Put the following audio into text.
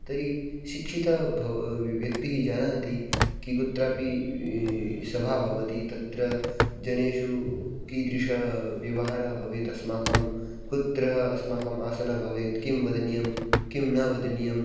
तर्हि शिक्षितः व्यक्तिः जानाति कि कुत्रापि सभा भवति तत्र जनेषु कीदृशः व्यवहारः भवेत् अस्माकं कुत्र अस्माकम् आसनं भवेत् किं वदनीयं किं न वदनीयं